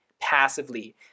passively